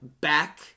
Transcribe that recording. back